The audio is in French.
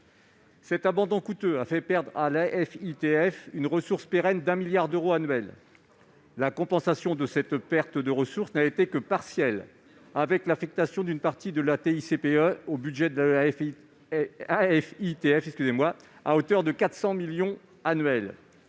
Cet abandon coûteux a fait perdre à l'Afitf une ressource pérenne de 1 milliard d'euros annuels. La compensation de cette perte de ressources n'a été que partielle, avec l'affectation d'une partie de la TICPE au budget de l'Afitf, à hauteur de 400 millions d'euros